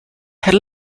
had